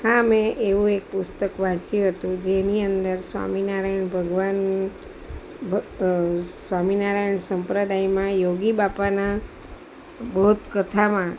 હા મેં એવું એક પુસ્તક વાંચ્યું હતું જેની અંદર સ્વામિનારાયણ ભગવાન સ્વામિનારાયણ સંપ્રદાયમાં યોગીબાપાની બોધ કથામાં